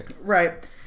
Right